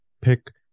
pick